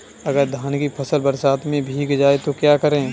अगर धान की फसल बरसात में भीग जाए तो क्या करें?